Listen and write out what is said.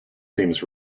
seems